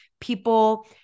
people